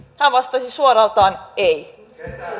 hän vastasi suoralta kädeltä ei